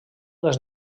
les